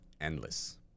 endless